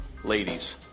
ladies